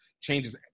changes